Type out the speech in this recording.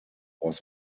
was